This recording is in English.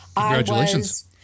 Congratulations